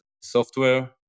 software